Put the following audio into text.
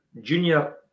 junior